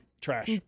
Trash